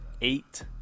eight